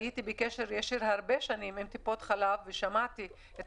שנים רבות הייתי בקשר ישיר עם טיפות חלב ושמעתי את